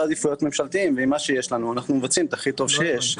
עדיפויות ממשלתיים ועם מה שיש לנו אנחנו מבצעים את הכי טוב שיש.